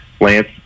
Lance